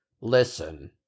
Listen